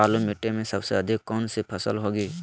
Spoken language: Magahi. बालू मिट्टी में सबसे अधिक कौन सी फसल होगी?